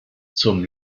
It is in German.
zum